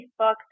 Facebook